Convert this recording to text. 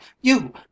You